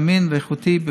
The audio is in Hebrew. זמין ואיכותי,